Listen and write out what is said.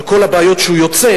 על כל הבעיות שהוא יוצר,